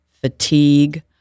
fatigue